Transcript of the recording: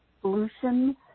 solutions